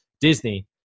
Disney